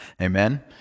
Amen